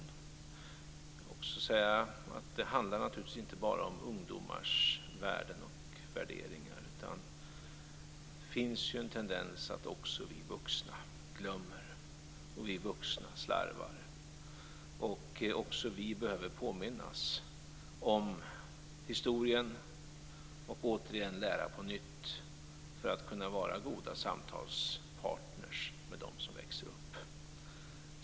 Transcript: Jag vill också säga att det naturligtvis inte bara handlar om ungdomars värden och värderingar, utan det finns ju en tendens att också vi vuxna glömmer och slarvar. Också vi behöver påminnas om historien och återigen lära på nytt för att kunna vara goda samtalspartner till dem som växer upp.